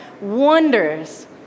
wonders